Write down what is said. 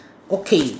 okay